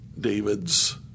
David's